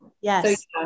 Yes